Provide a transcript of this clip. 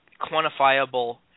quantifiable